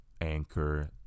Anchor